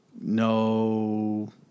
no